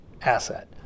asset